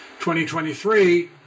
2023